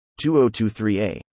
2023a